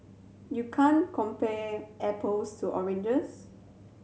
you can't compare apples to oranges